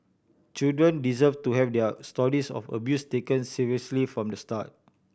children deserve to have their stories of abuse taken seriously from the start